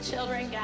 children